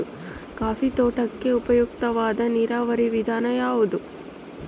Coffee ತೋಟಕ್ಕೆ ಉಪಯುಕ್ತವಾದ ನೇರಾವರಿ ವಿಧಾನ ಯಾವುದು?